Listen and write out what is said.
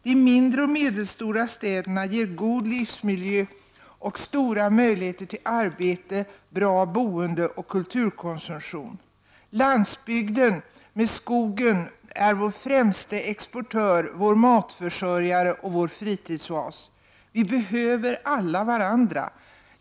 De mindre och medelstora städerna ger god livsmiljö och stora möjligheter till arbete, bra boende och kulturkonsumtion. Landsbygden med skogen är vår främsta exportör, vår matförsörjare och vår fritidsoas. Vi behöver alla varandra.